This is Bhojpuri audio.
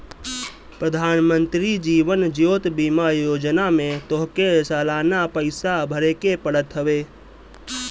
प्रधानमंत्री जीवन ज्योति बीमा योजना में तोहके सलाना पईसा भरेके पड़त हवे